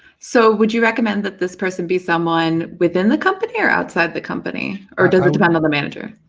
so would you recommend that this person be someone within the company or outside the company, or does it depend on the manager?